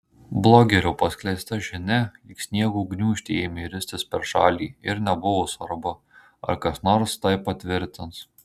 blogerio paskleista žinia lyg sniego gniūžtė ėmė ristis per šalį ir nebuvo svarbu ar kas nors tai patvirtins